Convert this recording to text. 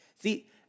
See